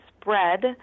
spread